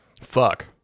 Fuck